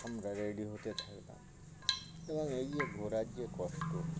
আমরা রেডি হতে থাকলাম এবং এই যে ঘোরার যে কষ্ট